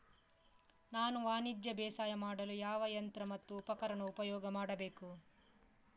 ನಾನು ವಾಣಿಜ್ಯ ಬೇಸಾಯ ಮಾಡಲು ಯಾವ ಯಂತ್ರ ಮತ್ತು ಉಪಕರಣ ಉಪಯೋಗ ಮಾಡಬೇಕು?